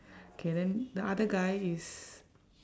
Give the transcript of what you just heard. K then the other guy is